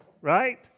right